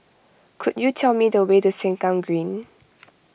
could you tell me the way to Sengkang Green